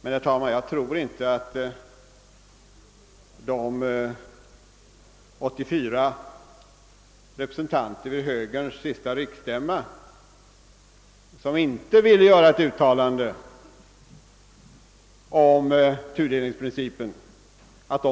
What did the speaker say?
Men, herr talman, jag tror inte att de 84 representanter vid högerns senaste riksstämma, som inte önskade göra ett uttalande om tudelningsprincipen,